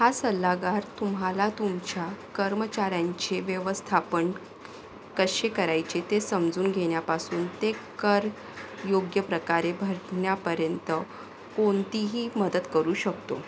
हा सल्लागार तुम्हाला तुमच्या कर्मचाऱ्यांचे व्यवस्थापन कसे करायचे ते समजून घेण्यापासून ते कर योग्य प्रकारे भरण्यापर्यंत कोणतीही मदत करू शकतो